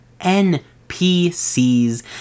NPCs